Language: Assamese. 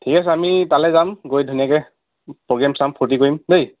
ঠিক আছে আমি তালৈ যাম গৈ ধুনীয়াকৈ প্ৰ'গ্ৰেম চাম ফূৰ্ত্তি কৰিম দেই